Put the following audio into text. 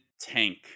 tank